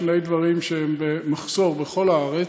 שני דברים שהם במחסור בכל הארץ.